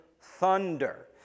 thunder